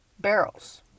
barrels